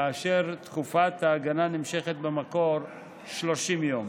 ותקופת ההגנה נמשכה במקור 30 יום.